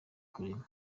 kurema